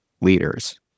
leaders